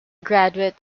graduate